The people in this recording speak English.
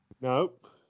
Nope